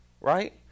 Right